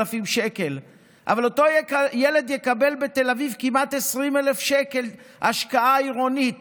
אבל אותו ילד יקבל בתל אביב כמעט 20,000 שקל השקעה עירונית